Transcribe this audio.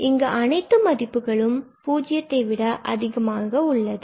இங்கு அனைத்து மதிப்புகளும் பூஜ்ஜியத்தை விட அதிகமானதாக உள்ளது